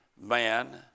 man